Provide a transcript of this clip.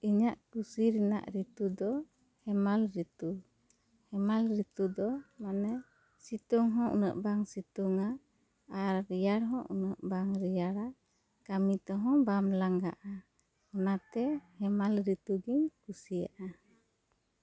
ᱤᱧᱟᱹᱜ ᱠᱩᱥᱤ ᱨᱮᱱᱟᱜ ᱨᱤᱛᱩ ᱫᱚ ᱦᱮᱢᱟᱞ ᱨᱤᱛᱩ ᱦᱮᱢᱟᱞ ᱨᱤᱛᱩ ᱫᱚ ᱢᱟᱱᱮ ᱥᱤᱛᱩᱝ ᱦᱚᱸ ᱩᱱᱟᱹᱜ ᱵᱟᱝ ᱥᱤᱛᱩᱝᱼᱟ ᱟᱨ ᱨᱮᱭᱟᱲ ᱦᱚᱸ ᱩᱱᱟᱹᱜ ᱵᱟᱝ ᱨᱮᱭᱟᱲᱟ ᱠᱟᱹᱢᱤ ᱛᱮ ᱦᱚᱸ ᱵᱟᱢ ᱞᱟᱝᱜᱟᱜᱼᱟ ᱚᱱᱟᱛᱮ ᱦᱮᱢᱟᱞ ᱨᱤᱛᱩ ᱜᱮᱧ ᱠᱩᱥᱤᱭᱟᱜᱼᱟ